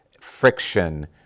friction